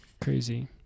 crazy